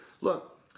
Look